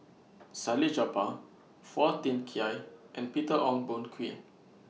Salleh Japar Phua Thin Kiay and Peter Ong Boon Kwee